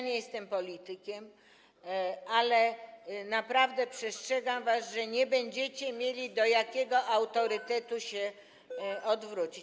Nie jestem politykiem, ale naprawdę przestrzegam was, że nie będziecie mieli do jakiego autorytetu się zwrócić.